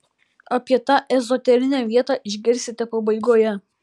apie tą ezoterinę vietą išgirsite pabaigoje